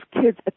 kids